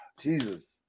Jesus